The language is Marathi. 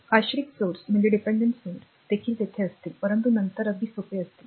आश्रित स्त्रोत देखील तेथे असतील परंतु नंतर अगदी सोपे असतील